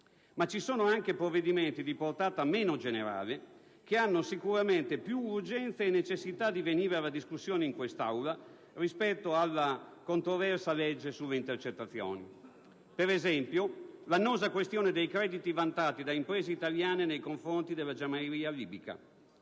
Ma ci sono anche provvedimenti di portata meno generale che hanno sicuramente più urgenza e necessità di venire alla discussione in quest'Aula rispetto al controverso disegno di legge sulle intercettazioni. Ad esempio, l'annosa questione dei crediti vantati da imprese italiane nei confronti della Jamahiriya libica.